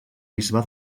bisbe